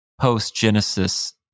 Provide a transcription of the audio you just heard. post-Genesis